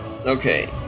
Okay